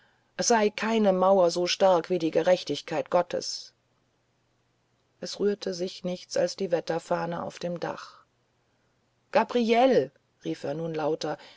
sei keine mauer so stark als die gerechtigkeit gottes es rührte sich nichts als die wetterfahne auf dem dach gabriele rief er nun lauter